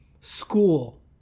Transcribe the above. school